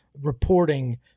reporting